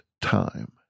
time